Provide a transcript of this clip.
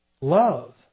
love